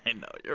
and know. you're